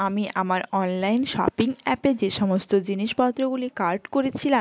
আমি আমার online shopping অ্যাপে যে সমস্ত জিনিসপত্রগুলি কার্ট করেছিলাম